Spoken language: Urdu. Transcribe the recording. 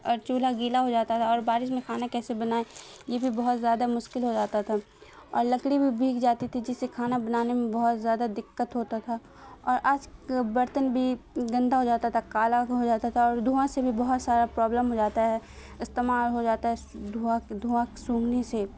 اور چولہا گیلا ہو جاتا تھا اور بارش میں کھانا کیسے بنائیں یہ بھی بہت زیادہ مشکل ہو جاتا تھا اور لکڑی بھی بھیگ جاتی تھی جس سے کھانا بنانے میں بہت زیادہ دقت ہوتا تھا اور آج برتن بھی گندا ہو جاتا تھا کالا ہو جاتا تھا اور دھواں سے بھی بہت سارا پرابلم ہو جاتا ہے استعمال ہو جاتا ہے دھواں دھواں سونگھنے سے